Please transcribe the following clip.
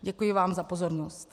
Děkuji vám za pozornost.